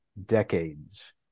decades